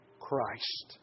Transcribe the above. Christ